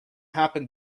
happen